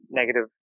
negative